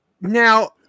now